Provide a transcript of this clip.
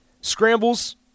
Scrambles